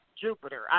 Jupiter